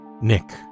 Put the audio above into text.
Nick